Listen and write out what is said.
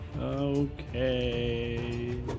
Okay